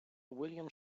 william